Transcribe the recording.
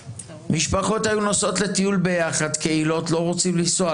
קהילות היו נוסעות לטיול ביחד לא רוצים לנסוע,